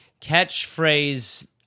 catchphrase